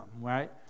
right